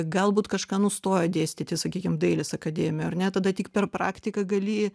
galbūt kažką nustojo dėstyti sakykim dailės akademija ar ne tada tik per praktiką gali